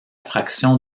fraction